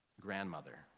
grandmother